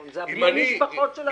זה בני משפחות של הנכים.